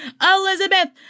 Elizabeth